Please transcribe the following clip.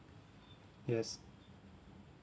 yes